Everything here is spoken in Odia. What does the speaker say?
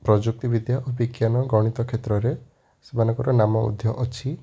ପ୍ରଯୁକ୍ତିବିଦ୍ୟା ଓ ବିଜ୍ଞାନ ଗଣିତ କ୍ଷେତ୍ରରେ ସେମାନଙ୍କର ନାମ ମଧ୍ୟ ଅଛି